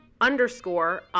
underscore